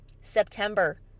September